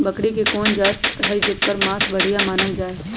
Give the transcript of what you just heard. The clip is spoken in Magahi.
बकरी के कोन जात हई जेकर मास बढ़िया मानल जाई छई?